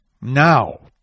now